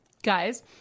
Guys